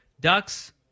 ducks